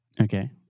okay